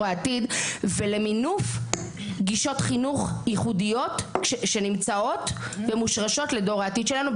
העתיד ולמינוף גישות חינוך ייחודיות שנמצאות ומושרשות לדור העתיד שלנו,